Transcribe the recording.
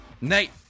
Night